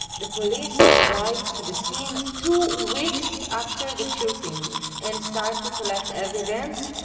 the police arrived to the scene two weeks after the shooting and started to collect evidence.